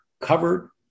covered